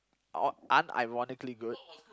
uh unironically good